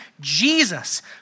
Jesus